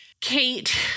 Kate